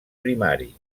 primari